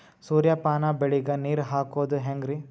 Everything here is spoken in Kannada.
ಸೂರ್ಯಪಾನ ಬೆಳಿಗ ನೀರ್ ಹಾಕೋದ ಹೆಂಗರಿ?